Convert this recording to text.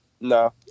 no